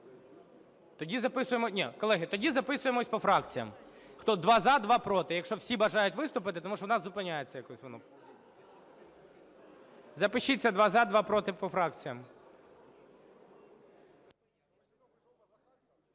тоді записуємося по фракціям: два – за, два – проти. Якщо всі бажають виступити, тому що в нас зупиняється якось воно. Запишіться: два – за, два – проти, по фракціям.